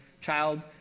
child